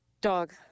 Dog